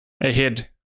ahead